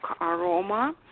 aroma